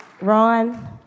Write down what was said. Ron